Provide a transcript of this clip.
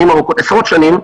עשרות שנים,